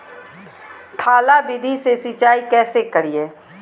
थाला विधि से सिंचाई कैसे करीये?